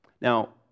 Now